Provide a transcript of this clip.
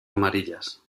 amarillas